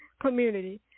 community